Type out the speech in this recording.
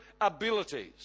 abilities